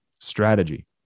strategy